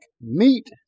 meat